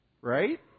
Right